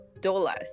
dollars